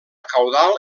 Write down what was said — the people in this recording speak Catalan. caudal